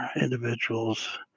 individuals